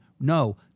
No